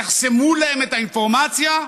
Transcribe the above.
יחסמו להם את האינפורמציה?